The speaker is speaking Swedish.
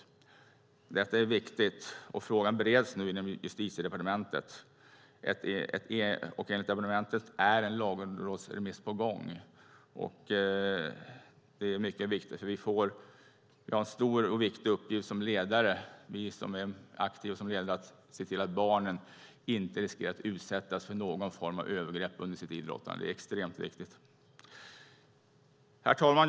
Detta är viktigt. Frågan bereds nu inom Justitiedepartementet, och enligt departementet är en lagrådsremiss på gång. Vi som är aktiva som ledare har en stor och viktig uppgift att se till att barnen inte riskerar att utsättas för någon form av övergrepp under sitt idrottande. Det är extremt viktigt. Herr talman!